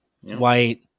white